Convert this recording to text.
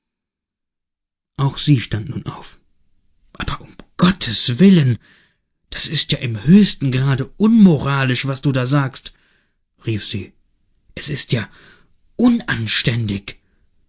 auch sie stand nun auf aber um gotteswillen das ist ja im höchsten grade unmoralisch was du da sagst rief sie es ist ja unanständig